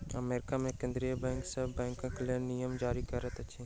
America मे केंद्रीय bank सभ बैंकक लेल नियम जारी करैत अछि